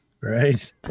right